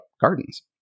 gardens